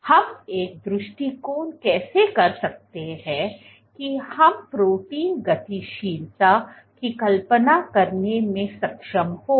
हम एक दृष्टिकोण कैसे कर सकते हैं कि हम प्रोटीन गतिशीलता की कल्पना करने में सक्षम हों